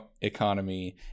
economy